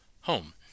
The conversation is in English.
home